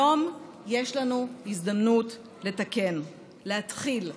היום יש לנו הזדמנות לתקן, להתחיל לתקן,